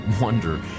wonder